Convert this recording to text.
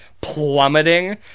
plummeting